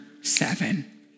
seven